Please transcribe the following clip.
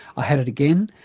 i had it again,